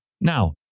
Now